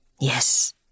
Yes